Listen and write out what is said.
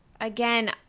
again